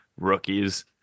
rookies